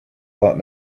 that